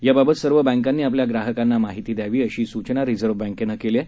याबाबत सर्व बँकांनी आपल्या ग्राहकांना माहिती द्यावी अशी सूचना रिझर्व्ह बँकेनं केली आहे